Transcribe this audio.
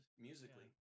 musically